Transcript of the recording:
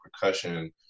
percussion